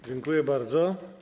Dziękuję bardzo.